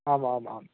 ஆமாம் ஆமாம் ஆமாம்